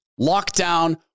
lockdown